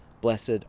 Blessed